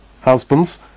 husbands